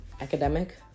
academic